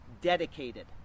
dedicated